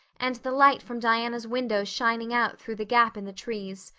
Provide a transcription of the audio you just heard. and the light from diana's window shining out through the gap in the trees.